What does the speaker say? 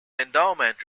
endowment